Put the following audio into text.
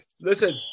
Listen